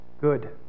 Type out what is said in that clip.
good